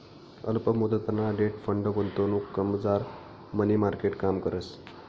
अल्प मुदतना debt fund गुंतवणुकमझार मनी मार्केट काम करस